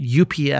UPS